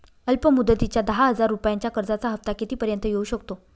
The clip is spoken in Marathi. अल्प मुदतीच्या दहा हजार रुपयांच्या कर्जाचा हफ्ता किती पर्यंत येवू शकतो?